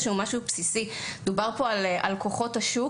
על כוחות השוק.